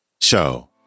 Show